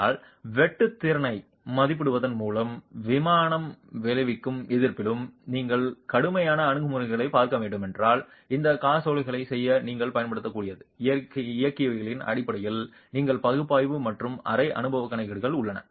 ஆனால் வெட்டு திறனை மதிப்பிடுவதன் மூலமும் விமானம் வளைக்கும் எதிர்ப்பிலும் நீங்கள் கடுமையான அணுகுமுறையைப் பார்க்க வேண்டுமென்றால் அந்த காசோலைகளைச் செய்ய நீங்கள் பயன்படுத்தக்கூடிய இயக்கவியலின் அடிப்படையில் எளிய பகுப்பாய்வு மற்றும் அரை அனுபவ கணக்கீடுகள் உள்ளன